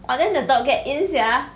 !wah! then the dog get in sia